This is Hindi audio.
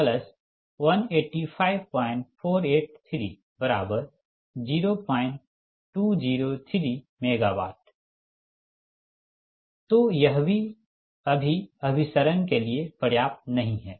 तोयह भी अभी अभिसरण के लिए पर्याप्त नही है